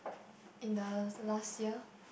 in the last year